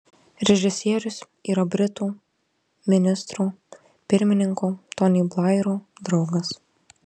režisierius yra britų ministro pirmininko tony blairo draugas